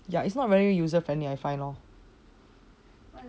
ya it's not very user friendly I find lor